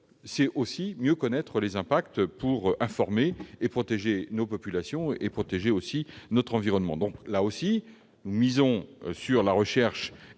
mais aussi mieux connaître les impacts pour informer et protéger notre population et l'environnement. Donc, là aussi, nous misons sur la recherche